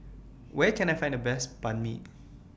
Where Can I Find The Best Banh MI